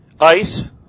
Ice